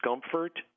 discomfort